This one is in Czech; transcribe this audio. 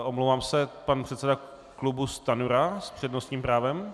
Omlouvám se, pan předseda klubu Stanjura s přednostním právem?